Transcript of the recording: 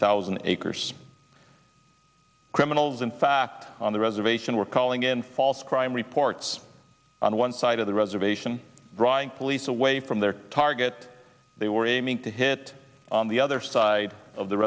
thousand acres criminals in fact on the reservation were calling in false crime reports on one side of the reservation riot police away from their target they were aiming to hit on the other side of the